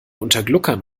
untergluckern